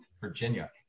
Virginia